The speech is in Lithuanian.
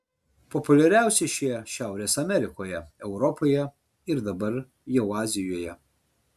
populiariausi šie šiaurės amerikoje europoje ir dabar jau azijoje